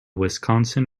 wisconsin